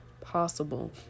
possible